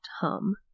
hum